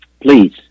please